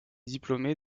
diplômé